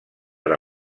per